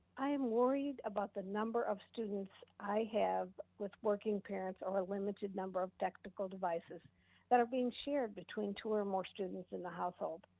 i am worried about the number of students i have with working parents or have limited number of technical devices that are being shared between two or more students in the household.